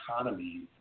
economy